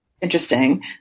Interesting